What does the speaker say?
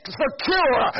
secure